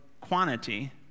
quantity